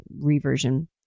reversion